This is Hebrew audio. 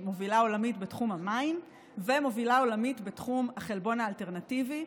מובילה עולמית בתחום המים ומובילה עולמית בתחום החלבון האלטרנטיבי,